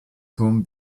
turm